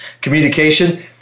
communication